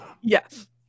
Yes